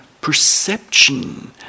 perception